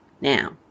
now